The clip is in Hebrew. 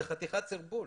זה סרבול.